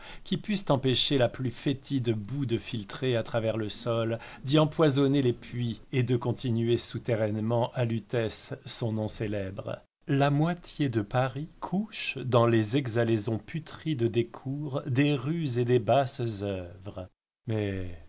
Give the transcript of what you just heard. qui pussent empêcher la plus fétide boue de filtrer à travers le sol d'y empoisonner les puits et de continuer souterrainement à lutèce son nom célèbre la moitié de paris couche dans les exhalaisons putrides des cours des rues et des basses œuvres mais